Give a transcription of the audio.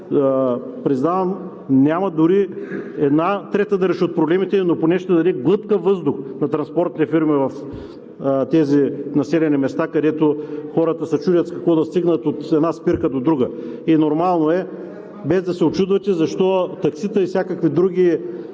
признавам, няма дори една трета да реши от проблемите, но поне ще даде глътка въздух на транспортните фирми в тези населени места, където хората се чудят с какво да стигнат от една спирка до друга. И нормално е, без да се учудвате, защо таксита и всякакви други